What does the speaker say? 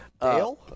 Dale